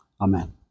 amen